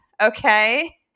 Okay